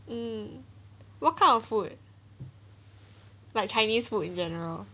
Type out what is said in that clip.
um what kind of food like chinese food in general